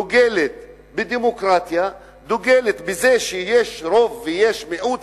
דוגלת בדמוקרטיה, דוגלת בזה שיש רוב ויש מיעוט,